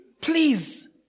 Please